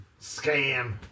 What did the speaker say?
Scam